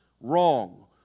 wrong